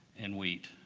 and wheat.